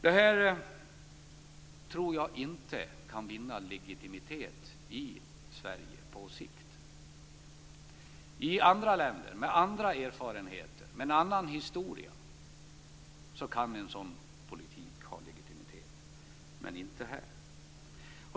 Det här tror jag inte kan vinna legitimitet i Sverige på sikt. I andra länder, med andra erfarenheter och med en annan historia, kan en sådan politik ha legitimitet men inte här.